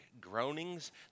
groanings